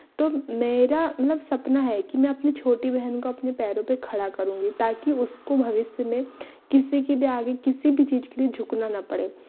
तो मेरा मतलब सपना है कि मैं अपनी छोटी बहन को अपने पैरों पर खड़ा करूँगी ताकि उसको भविष्य में किसी भी आगे किसी भी चीज़ के लिए झुकना न पड़े